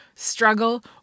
struggle